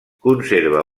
conserva